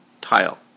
Tile